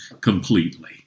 completely